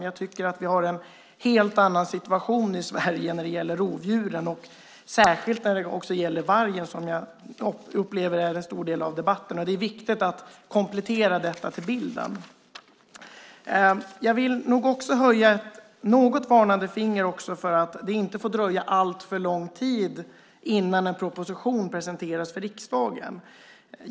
Jag tycker att vi har en helt annan situation i Sverige när det gäller rovdjuren, särskilt när det gäller vargen, som jag upplever är en stor del av debatten. Det är viktigt att komplettera bilden med detta. Jag vill nog också höja ett något varnande finger. Det får inte dröja alltför lång tid innan en proposition presenteras för riksdagen.